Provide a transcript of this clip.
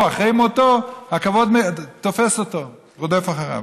פה, אחרי מותו הכבוד תופס אותו, רודף אחריו.